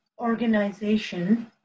organization